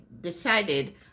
decided